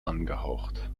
angehaucht